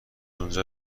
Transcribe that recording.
اونجا